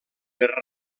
per